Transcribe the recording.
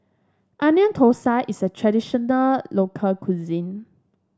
Onion Thosai is a traditional local cuisine